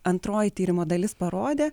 antroji tyrimo dalis parodė